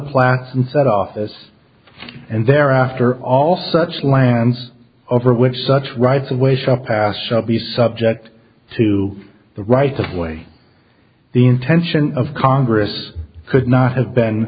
plants and set off as and there are after all such lands over which such rights away shall pass shall be subject to the right of way the intention of congress could not have been